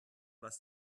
was